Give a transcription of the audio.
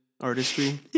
artistry